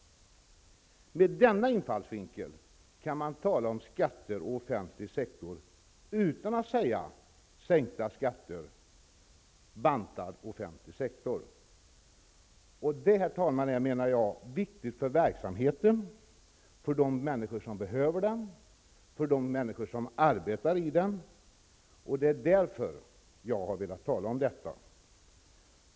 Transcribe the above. Med denna infallsvinkel kan man tala om skatter och offentlig sektor, utan att säga sänkta skatter och bantad offentlig sektor. Och det, herr talman, menar jag är viktigt för verksamheten, för de människor som behöver den och för de människor som arbetar inom den. Det är därför som jag har velat tala om detta.